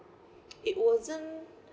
it wasn't